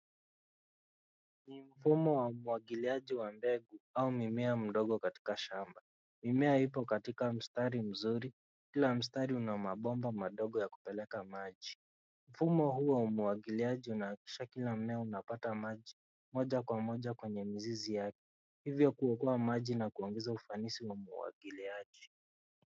Ni mfumo wa umwagiliaji wa mbegu au mimea mdogo katika shamba. Mimea ipo katika mstari mzuri, kila mstari una mabomba madogo ya kupeleka maji. Mfumo huo wa umwagiliaji unahakikisha kila mmea unapata maji moja kwa moja kwenye mizizi yake. Hivyo kuokoa maji na kuongeza ufanisi wa umwagiliaji.